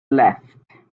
left